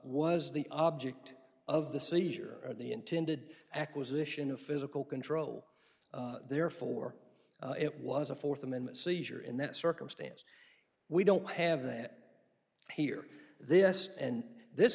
was the object of the seizure or the intended acquisition of physical control therefore it was a fourth amendment seizure in that circumstance we don't have that here this and this